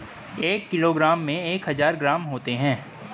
एक किलोग्राम में एक हजार ग्राम होते हैं